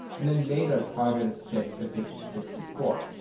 and then later target is checked if it's sixty four.